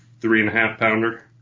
three-and-a-half-pounder